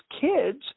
kids